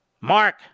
Mark